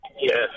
Yes